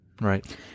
Right